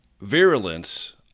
virulence